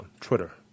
Twitter